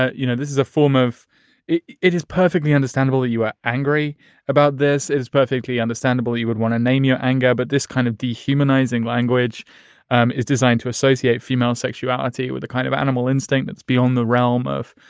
ah you know, this is a form of it it is perfectly understandable that you are angry about this is perfectly understandable. you would want to name your anger. but this kind of dehumanizing language um is designed to associate female sexuality with the kind of animal instinct that's beyond the realm of